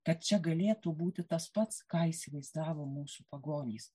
kad čia galėtų būti tas pats ką įsivaizdavo mūsų pagonys